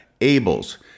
Abel's